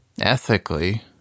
Ethically